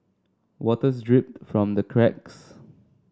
waters drip from the cracks